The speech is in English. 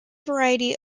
variety